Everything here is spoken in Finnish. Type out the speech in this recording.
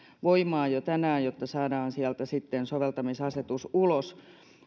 voimaan jo tänään jotta saadaan soveltamisasetus ulos